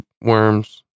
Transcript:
worms